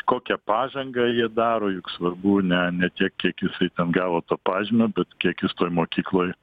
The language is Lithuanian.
kokią pažangą jie daro juk svarbu ne ne tiek kiek jisai gavo to pažymio bet kiek jis toj mokykloj